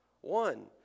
one